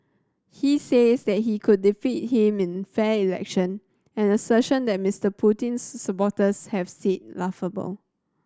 he says they he could defeat him in fair election an assertion that Mister Putin's supporters have said laughable